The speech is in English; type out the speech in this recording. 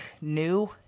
new